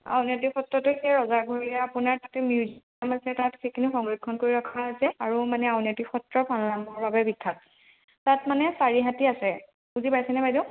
আউনিআটি সত্ৰটো সেই ৰজাঘৰীয়া আপোনাৰ তাতে মিউজিয়াম আছে তাত সেইখিনি সংৰক্ষণ কৰি ৰখা আছে আৰু মানে আউনিআটি সত্ৰ পালনামৰ বাবে বিখ্যাত তাত মানে চাৰিহাতি আছে বুজি পাইছেনে বাইদেউ